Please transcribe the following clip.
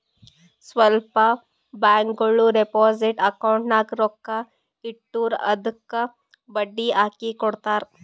ಸ್ವಲ್ಪ ಬ್ಯಾಂಕ್ಗೋಳು deposit account ನಾಗ್ ರೊಕ್ಕಾ ಇಟ್ಟುರ್ ಅದ್ದುಕ ಬಡ್ಡಿ ಹಾಕಿ ಕೊಡ್ತಾರ್